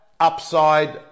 Upside